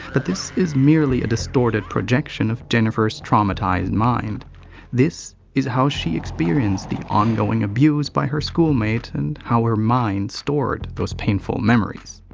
but this is merely a distorted projection of jennifer's traumatized mind this is how she experienced the ongoing abuse by her schoolmates and how her mind stored those painful memories.